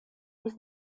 was